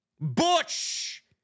Butch